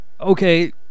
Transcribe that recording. okay